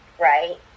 right